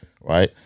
right